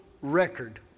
record